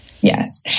Yes